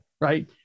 right